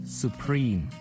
supreme